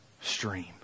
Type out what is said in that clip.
stream